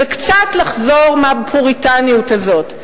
וקצת לחזור מהפוריטניות הזאת,